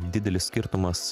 didelis skirtumas